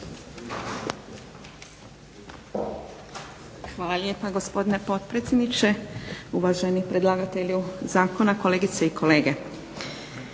Hvala lijepa gospodine potpredsjedniče, uvaženi predlagatelju zakona, kolegice i kolege.